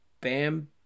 Bam